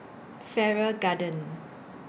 Farrer Garden